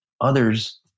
Others